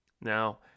Now